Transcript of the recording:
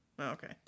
Okay